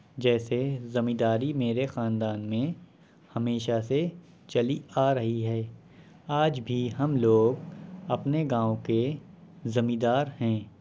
جیسے زمینداری میرے خاندان میں ہمیشہ سے چلی آ رہی ہے آج بھی ہم لوگ اپنے گاؤں کے زمیندار ہیں